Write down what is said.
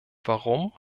warum